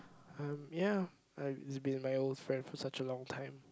um ya I it's been my old friend for such a long time